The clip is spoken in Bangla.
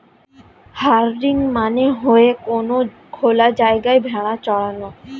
হার্ডিং মানে হয়ে কোনো খোলা জায়গায় ভেড়া চরানো